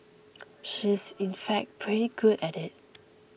she is in fact pretty good at it